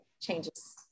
changes